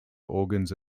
organs